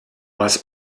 was